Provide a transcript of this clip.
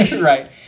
right